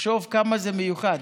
תחשוב כמה זה מיוחד: